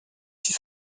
six